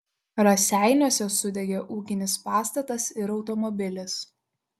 raseiniuose sudegė ūkinis pastatas ir automobilis